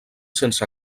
sense